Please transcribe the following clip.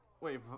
Wait